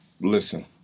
listen